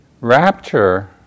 Rapture